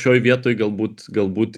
šioj vietoj galbūt galbūt